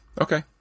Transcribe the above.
okay